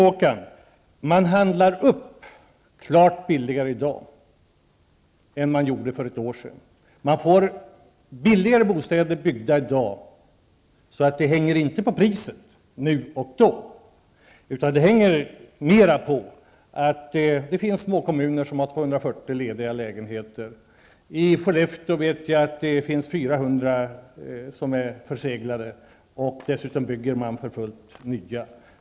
Håkan Strömberg, det är klart billigare att göra upphandling i dag än det var för ett år sedan. Det är alltså billigare i dag att bygga bostäder. Det hänger således inte på priset nu och då, utan det hänger mera på det faktum att det finns småkommuner med 240 lediga lägenheter. Jag vet att det i Dessutom: Nya bostäder byggs för fullt.